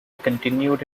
continued